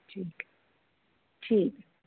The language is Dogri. ठीक ऐ ठीक ऐ